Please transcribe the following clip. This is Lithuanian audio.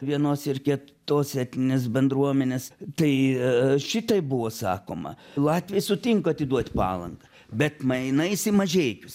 vienos ir ketos etninės bendruomenės tai šitaip buvo sakoma latviai sutinka atiduot palangą bet mainais į mažeikius